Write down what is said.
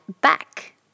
back